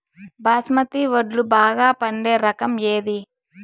బాస్మతి వడ్లు బాగా పండే రకం ఏది